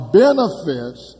benefits